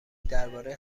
درباره